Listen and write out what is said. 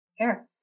Sure